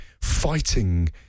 fighting